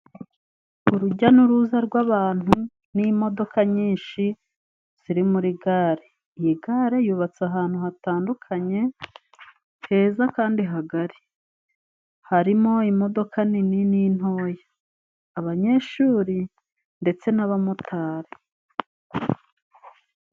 Urujya n'uruza rw'abantu n'imodoka nyinshi ziri muri gare. Iyi gare yubatse ahantu hatandukanye heza kandi hagari, harimo imodoka nini n' intoya, abanyeshuri ndetse n'abamotari.